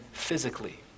Physically